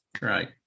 Right